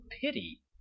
pity